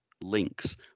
links